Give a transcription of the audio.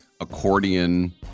accordion